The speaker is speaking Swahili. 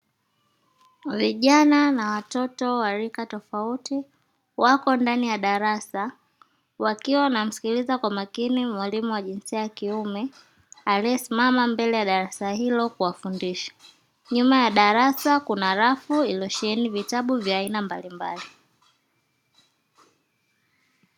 Vijana na watoto wa rika tofauti wako ndani ya darasa wakiwa wanamsikiliza kwa makini mwalimu wa jinsia ya kiume aliyesimama mbele ya darasa hilo kuwafundisha. Nyuma ya darasa kuna rafu iliyosheheni vitabu ya aina mbalimbali.